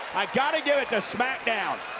i gotta give it to smackdown.